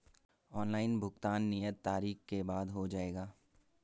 Online भुगतान नियत तारीख के बाद हो जाएगा?